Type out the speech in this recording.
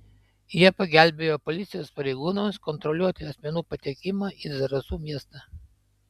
jie pagelbėjo policijos pareigūnams kontroliuoti asmenų patekimą į zarasų miestą